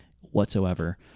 whatsoever